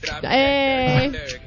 hey